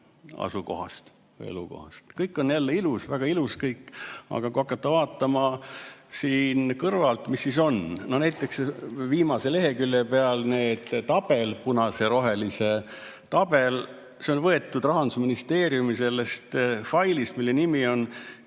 asukohast või elukohast. Kõik on jälle ilus, väga ilus kõik. Aga kui hakata vaatama siin kõrvalt, mis siis on? Näiteks viimase lehekülje peal tabel, punase ja rohelisega tabel on võetud Rahandusministeeriumi failist, mille nimi on